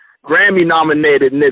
Grammy-nominated